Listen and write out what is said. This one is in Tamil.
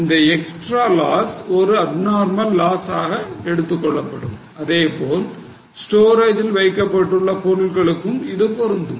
இந்த எக்ஸ்ட்ரா லாஸ் ஒரு abnormal loss ஆக எடுத்துக்கொள்ளப்படும் அதுபோல் storage ல் வைக்கப்பட்டுள்ள பொருட்களுக்கும் இது பொருந்தும்